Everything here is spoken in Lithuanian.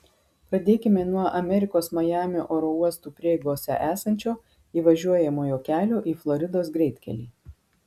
pradėkime nuo amerikos majamio oro uostų prieigose esančio įvažiuojamojo kelio į floridos greitkelį